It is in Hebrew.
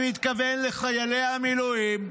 ואני מתכוון לחיילי המילואים,